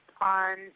on